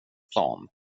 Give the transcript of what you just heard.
plan